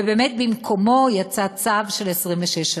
ובאמת במקומו יצא צו של 26 שעות.